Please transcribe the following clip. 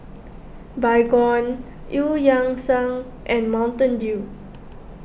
Baygon Eu Yan Sang and Mountain Dew